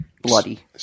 bloody